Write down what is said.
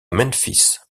memphis